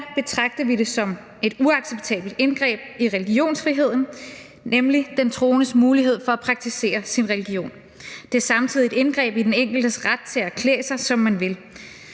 betragter vi det som et uacceptabelt indgreb i religionsfriheden, nemlig den troendes mulighed for at praktisere sin religion. Det er samtidig et indgreb i den enkeltes ret til at klæde sig, som man vil.